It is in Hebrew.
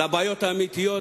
לבעיות האמיתיות.